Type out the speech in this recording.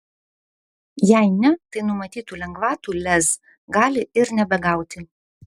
jei ne tai numatytų lengvatų lez gali ir nebegauti